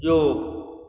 केओ